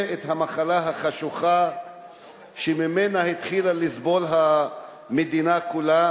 את המחלה החשוכה שממנה התחילה לסבול המדינה כולה?